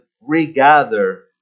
regather